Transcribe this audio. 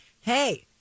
Hey